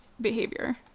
behavior